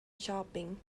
shopping